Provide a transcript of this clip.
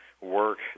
work